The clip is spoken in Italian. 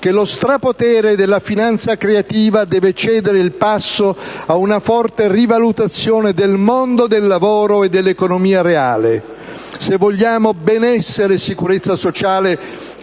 che lo strapotere della finanza creativa deve cedere il passo ad una forte rivalutazione del mondo del lavoro e dell'economia reale. Se vogliamo benessere e sicurezza sociale